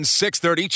6.30